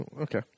okay